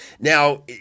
Now